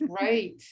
right